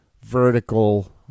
vertical